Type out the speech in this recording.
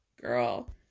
girl